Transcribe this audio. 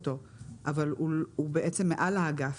אבל הוא בעצם מעל האגף.